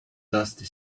dusty